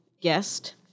guest